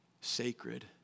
sacred